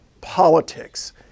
politics